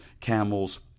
camels